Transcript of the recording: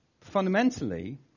Fundamentally